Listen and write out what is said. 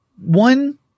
one